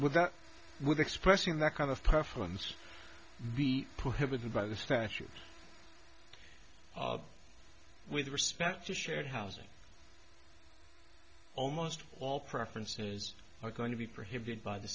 with that with expressing that kind of preference be prohibited by the statute with respect to share housing almost all preferences are going to be prohibited by the